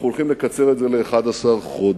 אנחנו הולכים לקצר את זה ל-11 חודש.